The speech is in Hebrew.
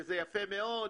הוא יפה מאוד.